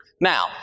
Now